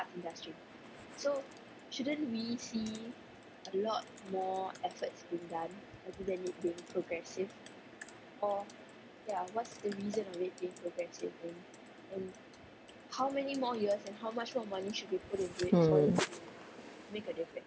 hmm